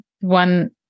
One